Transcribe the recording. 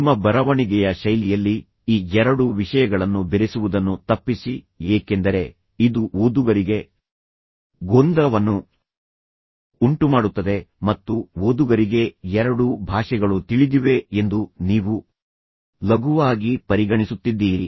ನಿಮ್ಮ ಬರವಣಿಗೆಯ ಶೈಲಿಯಲ್ಲಿ ಈ ಎರಡು ವಿಷಯಗಳನ್ನು ಬೆರೆಸುವುದನ್ನು ತಪ್ಪಿಸಿ ಏಕೆಂದರೆ ಇದು ಓದುಗರಿಗೆ ಗೊಂದಲವನ್ನು ಉಂಟುಮಾಡುತ್ತದೆ ಮತ್ತು ಓದುಗರಿಗೆ ಎರಡೂ ಭಾಷೆಗಳು ತಿಳಿದಿವೆ ಎಂದು ನೀವು ಲಘುವಾಗಿ ಪರಿಗಣಿಸುತ್ತಿದ್ದೀರಿ